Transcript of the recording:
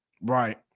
Right